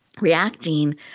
reacting